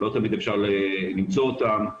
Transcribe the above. לא תמיד אפשר למצוא אותם,